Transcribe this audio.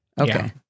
Okay